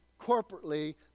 corporately